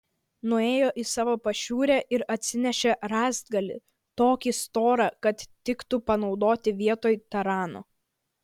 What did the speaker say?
nuėjo į savo pašiūrę ir atsinešė rąstgalį tokį storą kad tiktų panaudoti vietoj tarano